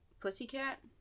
pussycat